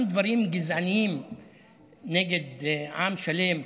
גם דברים גזעניים נגד עם שלם,